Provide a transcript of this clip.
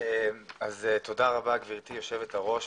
אז תודה רבה גברתי יושבת הראש,